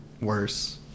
worse